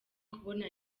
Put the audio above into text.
kubona